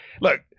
look